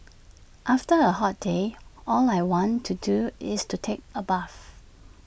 after A hot day all I want to do is to take A bath